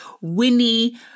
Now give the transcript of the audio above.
Winnie